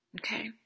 okay